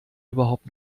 überhaupt